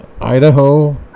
Idaho